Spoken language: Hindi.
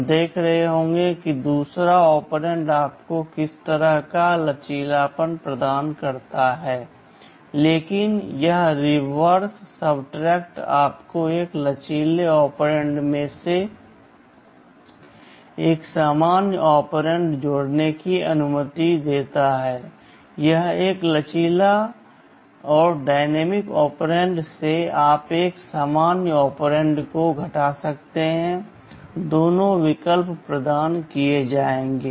हम देख रहे होंगे कि दूसरा ऑपरेंड आपको किस तरह का लचीलापन प्रदान करता है लेकिन यह रिवर्स सबट्रेक्ट आपको एक लचीले ऑपरेंड से एक सामान्य ऑपरेंड जोड़ने की अनुमति देता है या एक लचीले ऑपरेंड से आप एक सामान्य ऑपरेंड को घटा सकते हैं दोनों विकल्प प्रदान किए जाते हैं